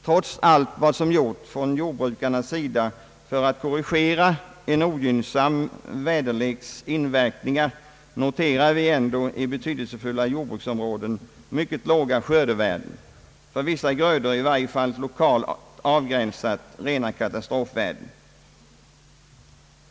Trots allt vad som gjorts av jordbrukarna för att korrigera en ogynnsam väderleks inverkan noterar vi i betydelsefulla jordbruksområden mycket låga skördevärden, för vissa grödor — i varje fall lokalt avgränsat — rena katastrofvärden.